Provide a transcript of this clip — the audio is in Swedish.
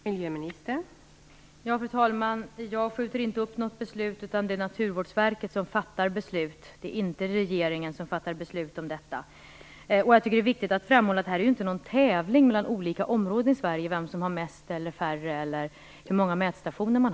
Fru talman! Jag skjuter inte upp något beslut. Det är Naturvårdsverket som fattar beslut om detta, inte regeringen. Jag tycker att det är viktigt att framhålla att det här inte är fråga om någon tävling om hur många mätstationer olika områden i Sverige har.